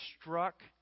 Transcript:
struck